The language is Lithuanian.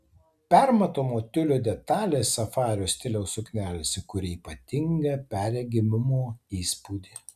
permatomo tiulio detalės safario stiliaus suknelėse kuria ypatingą perregimumo įspūdį